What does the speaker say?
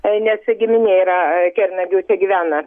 nes giminė yra kernagių tai gyvena